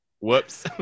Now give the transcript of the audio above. whoops